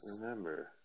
remember